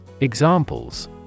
Examples